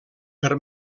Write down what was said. per